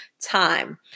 time